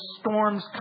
storms